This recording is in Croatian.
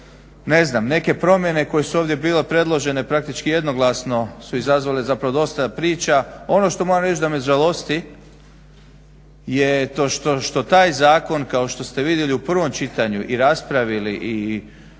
Ne znam, neke promjene koje su ovdje bile predložene praktički jednoglasno su izazvale dosta priča. Ono što moramo reći da me žalosti je to što taj zakon kao što ste vidjeli u prvom čitanju i raspravili i